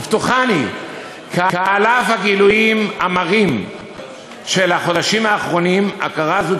מובטחני כי על אף הגילויים המרים של החודשים האחרונים הכרה זו